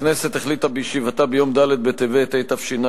הכנסת החליטה בישיבתה ביום ד' בטבת התש"ע,